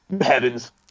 heavens